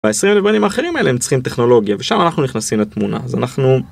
20 בנים אחרים האלה צריכים טכנולוגיה ושם אנחנו נכנסים לתמונה אז אנחנו.